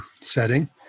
setting